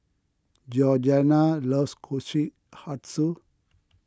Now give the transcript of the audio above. Georganna loves Kushikatsu